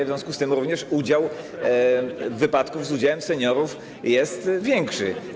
W związku z tym również udział wypadków z udziałem seniorów jest większy.